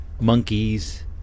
Monkeys